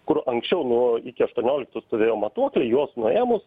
kur anksčiau nu iki aštuonioliktų stovėjo matuokliai juos nuėmus